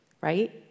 Right